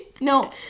No